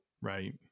Right